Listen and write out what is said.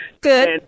Good